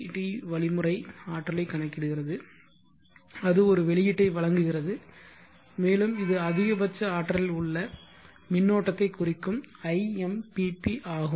D வழிமுறை ஆற்றலை கணக்கிடுகிறது அது ஒரு வெளியீட்டை வழங்குகிறது மேலும் இது அதிகபட்ச ஆற்றலில் உள்ள மின்னோட்டத்தைக் குறிக்கும் i mpp ஆகும்